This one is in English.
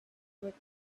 worth